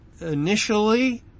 initially